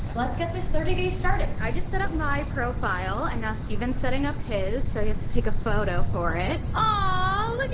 but let's get this thirty days started. i just set up my profile and now stephen's setting up his, so he has to take a photo for it. oh,